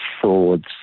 frauds